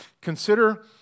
consider